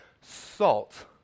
salt